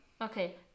okay